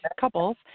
couples